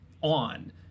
on